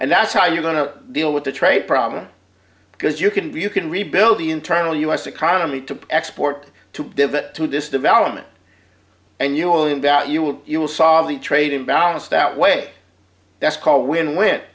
and that's how you're going to deal with the trade problem because you can be you can rebuild the internal u s economy to export to pivot to this development and you will and that you will you will solve the trade imbalance that way that's called win win